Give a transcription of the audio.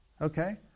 Okay